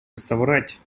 соврать